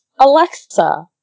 Alexa